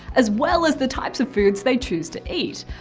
as well as the types of foods they choose to eat.